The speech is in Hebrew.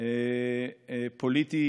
פוליטי